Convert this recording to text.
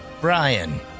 Brian